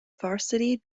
varsity